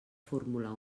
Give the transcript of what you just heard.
formular